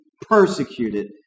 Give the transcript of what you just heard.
persecuted